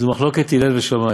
זו מחלוקת הלל ושמאי,